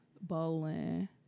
bowling